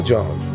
John